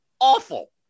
awful